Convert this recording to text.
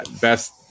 best